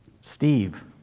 Steve